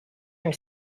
her